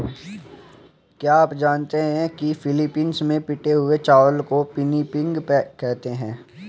क्या आप जानते हैं कि फिलीपींस में पिटे हुए चावल को पिनिपिग कहते हैं